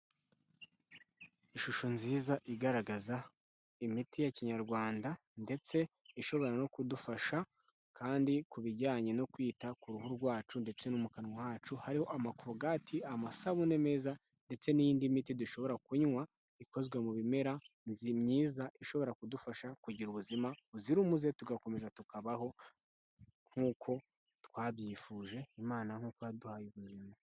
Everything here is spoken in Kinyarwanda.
Ishusho nziza igaragaza imiti ya kinyarwanda ndetse ishobora no kudufasha kandi ku bijyanye no kwita ku ruhu rwacu ndetse no mu kanwa wacu hariho amakorogatiti, amasabune meza, ndetse n'iyinindi miti dushobora kunywa ikozwe mu bimera myiza ishobora kudufasha kugira ubuzima buzira umuze tugakomeza tukabaho nk'uko twabyifuje imana nk'uko yaduhaye ubuzima.